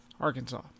Arkansas